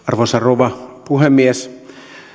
arvoisa rouva puhemies